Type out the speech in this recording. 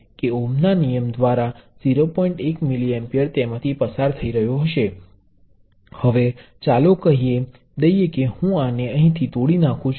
જણાવી દઈએ કે મારી પાસે 1 વોલ્ટ અને 10 કિલો ઓહ્મ છે ત્યારબાદ હું આ પ્રવાહને Ix તરીકે વ્યાખ્યાયિત કરુ છુ